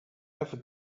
ever